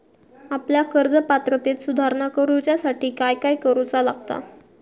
आपल्या कर्ज पात्रतेत सुधारणा करुच्यासाठी काय काय करूचा लागता?